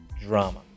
drama